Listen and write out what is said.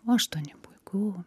o aštuoni puiku